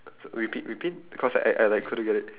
repeat repeat cause I I like couldn't get it